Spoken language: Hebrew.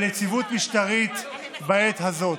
על יציבות משטרית בעת הזאת.